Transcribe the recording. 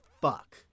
fuck